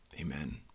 Amen